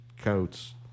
coats